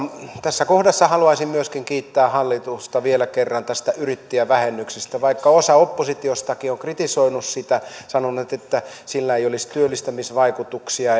tässä kohdassa haluaisin myöskin kiittää hallitusta vielä kerran tästä yrittäjävähennyksestä osa oppositiostakin on kritisoinut sitä sanonut että sillä ei olisi työllistämisvaikutuksia